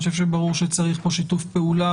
אני חושב שברור שצריך פה שיתוף פעולה.